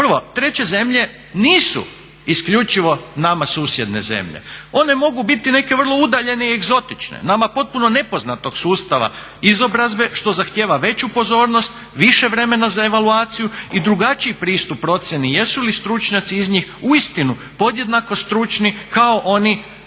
Prvo, treće zemlje nisu isključivo nama susjedne zemlje. One mogu biti neke vrlo udaljene i egzotične, nama potpuno nepoznatog sustava izobrazbe što zahtijeva veću pozornost, više vremena za evaluaciju i drugačiji pristup procjeni jesu li stručnjaci iz njih uistinu podjednako stručni kao oni